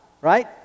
right